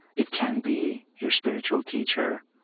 it can be your spiritual teacher,